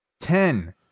ten